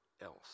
else